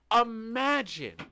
Imagine